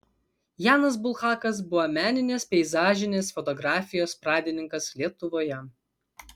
janas bulhakas buvo meninės peizažinės fotografijos pradininkas lietuvoje